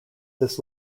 this